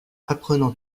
apprenant